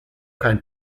kein